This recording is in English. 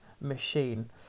machine